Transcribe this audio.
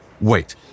Wait